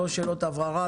לא יהיו שאלות הבהרה,